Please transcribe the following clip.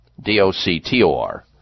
D-O-C-T-O-R